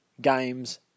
games